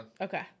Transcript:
Okay